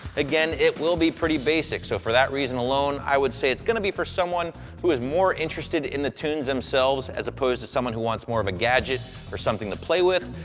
again, it will be pretty basic, so for that reason alone, i would say it's going to be for someone who is more interested in the tunes themselves as opposed to someone who wants more of a gadget or something to play with.